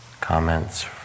comments